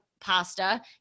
pasta